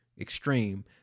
extreme